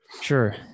Sure